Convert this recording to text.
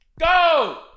Go